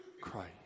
Christ